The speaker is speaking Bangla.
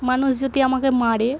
মানুষ যদি আমাকে মারে